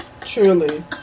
Truly